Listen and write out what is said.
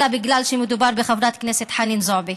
אלא בגלל שמדובר בחברת הכנסת חנין זועבי.